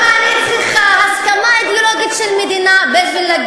אשרור מזכר ההבנה בדבר שיתוף פעולה בבקרת